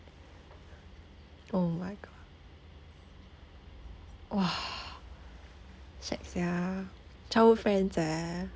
oh my god !wah! shag sia childhood friends eh